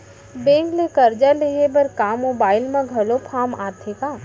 Bank ले करजा लेहे बर का मोबाइल म घलो फार्म आथे का?